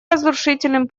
разрушительным